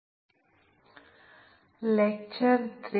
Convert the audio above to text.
ഈ സെഷനിലേക്ക് സ്വാഗതം